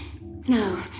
No